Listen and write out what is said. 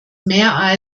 mare